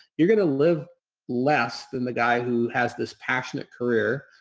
you're going to live less than the guy who has this passionate career,